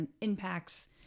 impacts